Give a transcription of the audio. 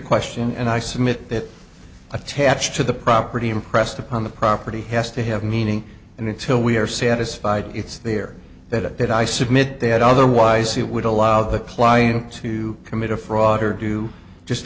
question and i submit that attached to the property impressed upon the property has to have meaning and until we are satisfied it's there that i submit that otherwise it would allow the client to commit a fraud or do just